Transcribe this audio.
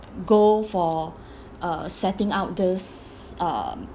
goal for uh setting out this uh